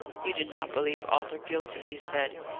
you do not believe arthur guilty? he said,